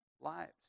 lives